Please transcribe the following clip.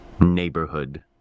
neighborhood